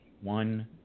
One